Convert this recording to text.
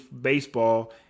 baseball